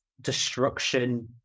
destruction